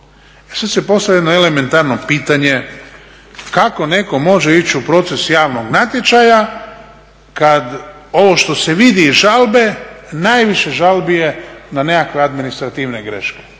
sad se postavlja jedno elementarno pitanje kako netko može ići u proces javnog natječaja kad ovo što se vidi iz žalbe najviše žalbi je na nekakve administrativne greške.